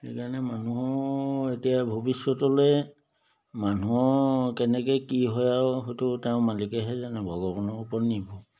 সেইকাৰণে মানুহ এতিয়া ভৱিষ্যতলৈ মানুহৰ কেনেকৈ কি হয় আৰু সেইটো তেওঁ মালিকেহে জানে ভগৱানৰ ওপৰত নিৰ্ভৰ